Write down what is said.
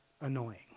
annoying